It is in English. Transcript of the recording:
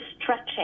stretching